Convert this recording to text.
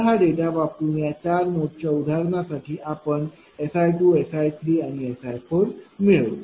तर हा डेटा वापरुन या चार नोडच्या उदाहरणासाठी आपण SI SI आणि SI मिळवू